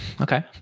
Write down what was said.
okay